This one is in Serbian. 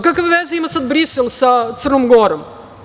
Kakve veze ima sada Brisel sa Crnom Gorom?